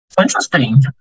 interesting